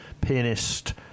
pianist